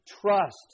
trust